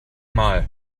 mal